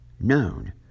known